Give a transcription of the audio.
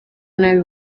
nabi